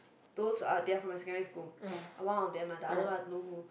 those are they are from my secondary school uh one of them ah the other one I don't know who